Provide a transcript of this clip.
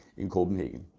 in copenhagen.